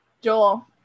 joel